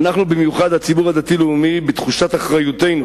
אנו במיוחד, הציבור הדתי-לאומי, בתחושת אחריותנו